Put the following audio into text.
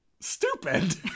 stupid